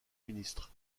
ministre